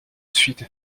suite